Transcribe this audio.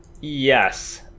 Yes